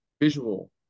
visual